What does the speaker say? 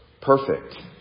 perfect